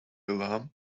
alarm